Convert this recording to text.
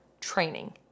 Training